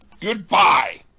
Goodbye